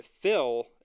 fill